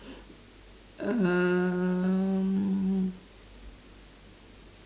um